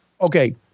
Okay